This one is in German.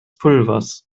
pulvers